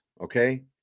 okay